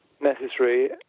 necessary